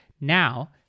now